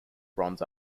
bronze